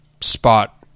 spot